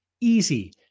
Easy